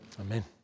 Amen